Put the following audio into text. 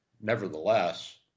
nevertheless